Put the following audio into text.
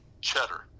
cheddar